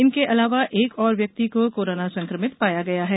इनके अलावा एक और व्यक्ति को कोरोना संक्रमित पाया गया है